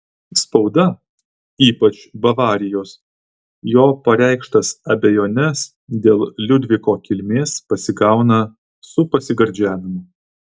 spauda ypač bavarijos jo pareikštas abejones dėl liudviko kilmės pasigauna su pasigardžiavimu